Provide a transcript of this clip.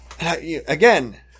Again